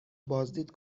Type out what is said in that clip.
بازدید